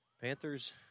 Panthers